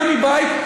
גם מבית,